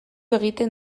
egiten